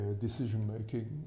decision-making